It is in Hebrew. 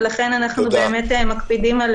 ולכן אנחנו מקפידים על